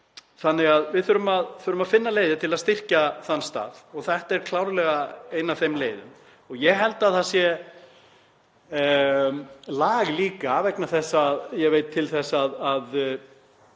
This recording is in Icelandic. þannig að við þurfum að finna leiðir til að styrkja þann stað. Þetta er klárlega ein af þeim leiðum og ég held að það sé lag líka vegna þess að ég veit til þess að